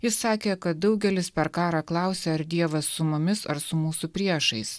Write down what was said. jis sakė kad daugelis per karą klausė ar dievas su mumis ar su mūsų priešais